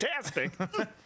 fantastic